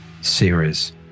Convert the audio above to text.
series